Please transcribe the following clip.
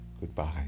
Goodbye